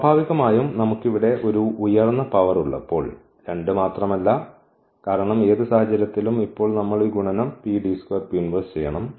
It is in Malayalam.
സ്വാഭാവികമായും നമുക്ക് ഇവിടെ ഒരു ഉയർന്ന പവർ ഉള്ളപ്പോൾ രണ്ട് മാത്രമല്ല കാരണം ഏത് സാഹചര്യത്തിലും ഇപ്പോൾ നമ്മൾ ഈ ഗുണനം ചെയ്യണം